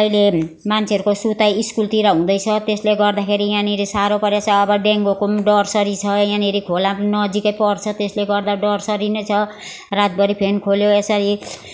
अहिले मान्छेहरूको सुताइ स्कुलतिर हुँदैछ त्यसले गर्दाखेरि यहाँनेरि साह्रो परेछ अब डेङ्गूको पनि डरसरी छ यहाँनेरि खोला नजिकै पर्छ त्यसले गर्दा डरसरी नै छ रातभरी फेन खोल्यो यसरी